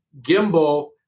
gimbal